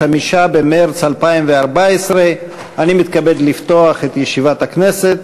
5 במרס 2014. אני מתכבד לפתוח את ישיבת הכנסת.